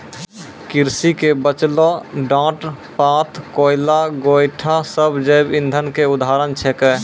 कृषि के बचलो डांट पात, कोयला, गोयठा सब जैव इंधन के उदाहरण छेकै